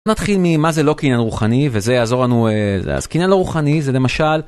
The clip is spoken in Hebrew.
נתחיל ממה זה לא כנראה רוחני וזה יעזור לנו אז כנראה לא רוחני זה למשל.